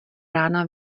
rána